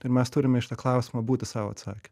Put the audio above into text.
ir mes turime į šitą klausimą būti sau atsakę